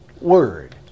Word